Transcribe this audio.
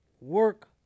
work